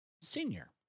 senior